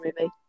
movie